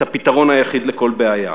את הפתרון היחיד לכל בעיה.